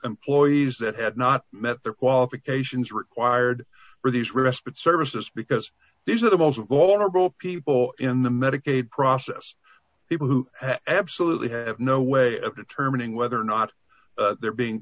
employees that had not met their qualifications required for these respite services because these are the most of all our boat people in the medicaid process people who absolutely have no way of determining whether or not they're being